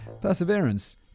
perseverance